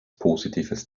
positives